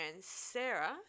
Sarah